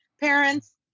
parents